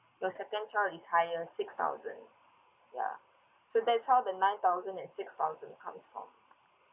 your second child is higher six thousand ya so that's how the nine thousand and six thousand comes from